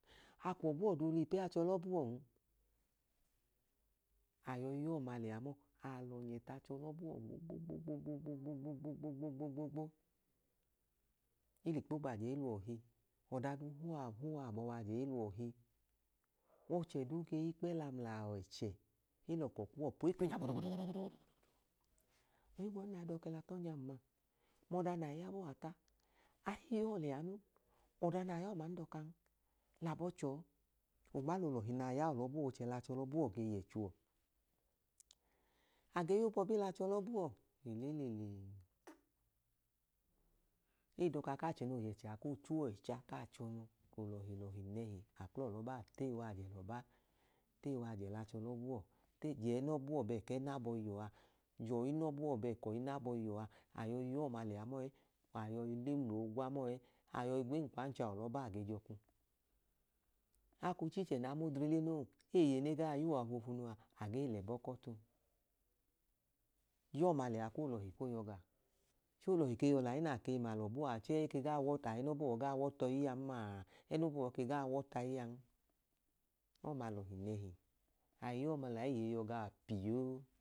A kwu ọba uwọ duulu ipeyi achẹ ọlẹ ọba uwọn. A yọi ya ọma liya mọọ, a lọnyẹ tu achẹ ọlẹ ọba uwọ gbogbogbogbogbogbo. E lẹ ikpo gbajẹ, e lẹ uwọ hi, ọda duu hẹ uwa abọ wa ajẹ, e lẹ uwọ hi. Ọchẹ duu key a ikpẹla mla awọ ẹchẹ, e lẹ ọkọ kuwọ po, e kwinya gbudugbudugbudu. Ohigbọdi nẹ e i dọka ẹla ku ọnyam ma? Mabọ ọda nẹ a yọi ya ọma ta. Ọda na yọi ya ọma, ng dọkan. Lẹ abọ che ọọ. Ọda nẹ a ya ọlẹ ọba uwọ a, o ge chẹ lẹ achẹ 3lẹ ọba uwọ ge yẹ che uwọ. A ge ya obọbi lẹ achẹ ọlẹ ọba uwọ, eleelelee. E i dọka ku achẹ noo yẹ ẹchẹ a, kee cha uwọ ẹcha ku a chọnu. A kla ọlẹ ọba, teyi wajẹ lẹ ọba, teyi wajẹ lẹ achẹ ọlẹ ọba uwọ. Je ẹnẹ ọba uwọ bẹẹka ẹnẹ abọhiyuwọ a, je ọyinẹ ọba uwọ bẹẹka ọyinẹ abọhiyuwọ a. a yọi le mla oogwa, mọọ ẹ, a yọi gwa enkpọ ancha ọlẹ ọba uwọ, a yọi jẹ ọkwu. A koo, ichiichẹ nẹ a ma odre le noo, eeye ne gaa ya uwọ foofunu a, a gee lẹ ẹbọ ku ọtu. Ya ọma liya ku olọhi koo yọ gawọ. Ku olọhi ke yọ lẹ ayi nẹ a ke i ma lẹ ọba uwọ a, chẹẹ ayinẹ ọba uwọ i ke gaa wọtu ayi an maa, ẹnẹ ọba uwọ i ke gaa wọtu ayi an. Ọma lọhi nẹhi. A i ya ọma liya ẹẹ, eeye yọ gawọ piyoo.